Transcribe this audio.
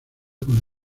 con